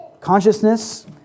consciousness